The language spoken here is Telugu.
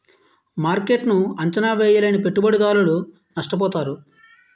మార్కెట్ను అంచనా వేయలేని పెట్టుబడిదారులు నష్టపోతారు